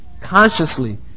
consciously